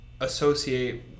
associate